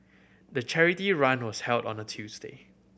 the charity run was held on a Tuesday